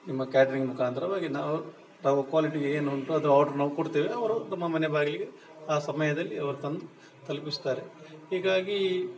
ನಿಮ್ಮ ಕ್ಯಾಟ್ರಿಂಗ್ ಮುಖಾಂತರವಾಗಿ ನಾವು ನಾವು ಕ್ವಾಲಿಟಿಗೆ ಏನು ಆರ್ಡ್ರು ನಾವು ಕೊಡುತ್ತೇವೆ ಅವರು ನಮ್ಮ ಮನೆ ಬಾಗಿಲಿಗೆ ಆ ಸಮಯದಲ್ಲಿ ಅವರು ತಂದು ತಲುಪಿಸ್ತಾರೆ ಹೀಗಾಗಿ